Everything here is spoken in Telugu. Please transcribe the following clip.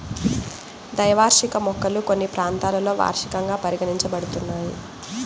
ద్వైవార్షిక మొక్కలు కొన్ని ప్రాంతాలలో వార్షికంగా పరిగణించబడుతున్నాయి